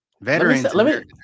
veterans